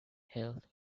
health